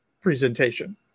presentation